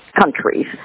countries